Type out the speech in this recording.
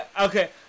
Okay